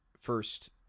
first